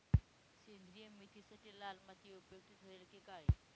सेंद्रिय मेथीसाठी लाल माती उपयुक्त ठरेल कि काळी?